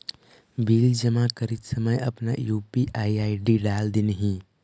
bill जमा करित समय अपन यू.पी.आई आई.डी डाल दिन्हें